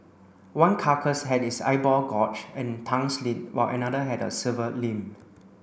one carcass had its eyeball gorged and tongue slit while another had a severed limb